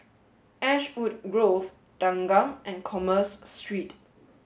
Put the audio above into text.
Ashwood Grove Thanggam and Commerce Street